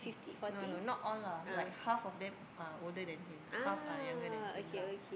no no not all lah like half of them are older than him half are younger than him lah